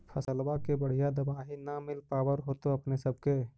फसलबा के बढ़िया दमाहि न मिल पाबर होतो अपने सब के?